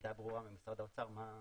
עמדה ברורה ממשרד האוצר מה לעשות,